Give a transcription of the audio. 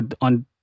on